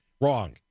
Wrong